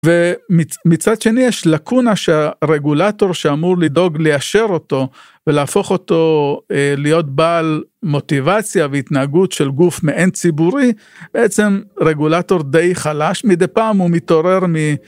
ומצד שני יש לקונה שהרגולטור שאמור לדאוג ליישר אותו ולהפוך אותו להיות בעל מוטיבציה והתנהגות של גוף מעין ציבורי, בעצם רגולטור די חלש מדי פעם, הוא מתעורר מ...